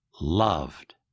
loved